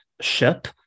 ship